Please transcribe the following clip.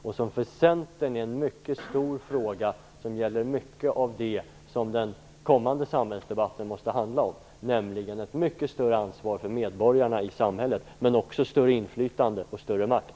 För Centern är det här en mycket stor fråga, som gäller mycket av det som den kommande samhällsdebatten måste handla om, nämligen att ge ett mycket större ansvar till medborgarna i samhället men också större inflytande och mera makt.